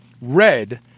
red